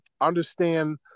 understand